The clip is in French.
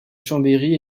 chambéry